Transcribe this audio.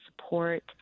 support